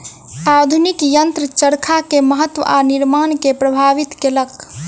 आधुनिक यंत्र चरखा के महत्त्व आ निर्माण के प्रभावित केलक